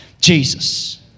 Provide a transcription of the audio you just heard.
Jesus